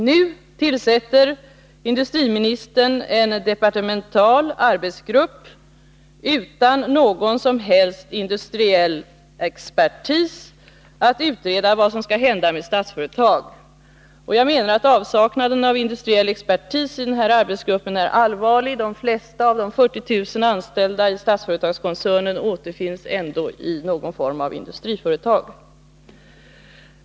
Nu tillsätter industriministern en departemental arbetsgrupp utan någon som helst industriell expertis för att utreda vad som skall hända med Statsföretag. Jag menar att avsaknaden av industriell expertis i arbetsgruppen är allvarlig. De flesta av de 40000 anställda i Statsföretagskoncernen återfinns ändå i någon form av industriföretag.